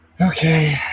Okay